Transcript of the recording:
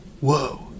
Whoa